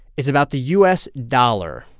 is about the u s. dollar.